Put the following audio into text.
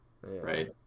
right